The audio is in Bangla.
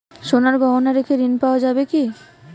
সোনার গহনা রেখে ঋণ পাওয়া যাবে কি?